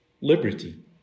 liberty